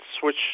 switch